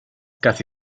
casi